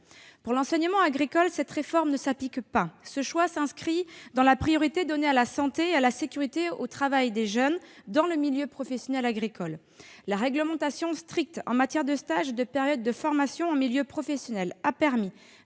Pour l'enseignement agricole, cette réforme ne s'applique pas. Ce choix s'inscrit dans la priorité donnée à la santé et à la sécurité au travail des jeunes dans le milieu professionnel agricole. La réglementation stricte en matière de stage et de période de formation en milieu professionnel a permis,